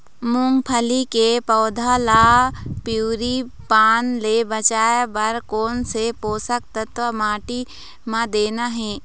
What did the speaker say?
मुंगफली के पौधा ला पिवरी पान ले बचाए बर कोन से पोषक तत्व माटी म देना हे?